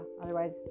Otherwise